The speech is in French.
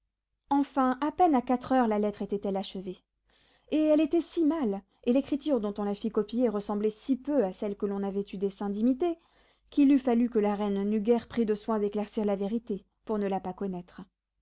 enfin à peine à quatre heures la lettre était-elle achevée et elle était si mal et l'écriture dont on la fit copier ressemblait si peu à celle que l'on avait eu dessein d'imiter qu'il eût fallu que la reine n'eût guère pris de soin d'éclaircir la vérité pour ne la pas connaître